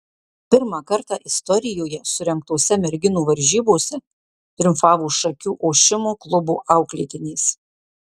pirmą kartą istorijoje surengtose merginų varžybose triumfavo šakių ošimo klubo auklėtinės